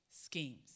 schemes